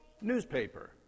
Newspaper